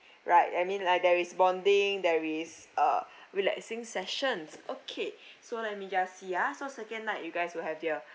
right I mean like there is bonding there is ugh relaxing sessions okay so let me just see ah so second night you guys will have their